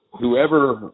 whoever